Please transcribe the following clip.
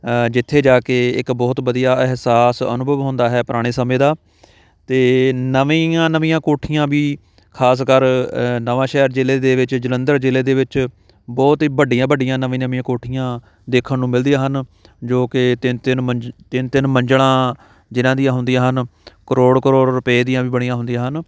ਜਿੱਥੇ ਜਾ ਕੇ ਇੱਕ ਬਹੁਤ ਵਧੀਆ ਅਹਿਸਾਸ ਅਨੁਭਵ ਹੁੰਦਾ ਹੈ ਪੁਰਾਣੇ ਸਮੇਂ ਦਾ ਅਤੇ ਨਵੀਆਂ ਨਵੀਆਂ ਕੋਠੀਆਂ ਵੀ ਖਾਸ ਕਰ ਨਵਾਂਸ਼ਹਿਰ ਜ਼ਿਲ੍ਹੇ ਦੇ ਵਿੱਚ ਜਲੰਧਰ ਜ਼ਿਲ੍ਹੇ ਦੇ ਵਿੱਚ ਬਹੁਤ ਹੀ ਵੱਡੀਆਂ ਵੱਡੀਆਂ ਨਵੀਆਂ ਨਵੀਆਂ ਕੋਠੀਆਂ ਦੇਖਣ ਨੂੰ ਮਿਲਦੀਆਂ ਹਨ ਜੋ ਕਿ ਤਿੰਨ ਤਿੰਨ ਮੰਜ਼ਿ ਤਿੰਨ ਤਿੰਨ ਮੰਜ਼ਿਲਾਂ ਜਿਨ੍ਹਾਂ ਦੀ ਹੁੰਦੀਆਂ ਹਨ ਕਰੋੜ ਕਰੋੜ ਰੁਪਏ ਦੀਆਂ ਵੀ ਬਣੀਆਂ ਹੁੰਦੀਆਂ ਹਨ